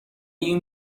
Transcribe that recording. این